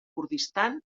kurdistan